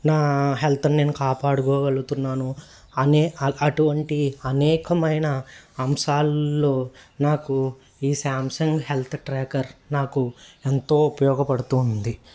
నా హెల్త్ని నేను కాపాడుకోగలుగుతున్నాను అనే అటువంటి అనేకమైన అంశాలల్లో నాకు ఈ శాంసంగ్ హెల్త్ ట్రాకర్ నాకు ఎంతో ఉపయోగపడుతూంది